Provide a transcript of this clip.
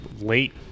late